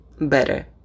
better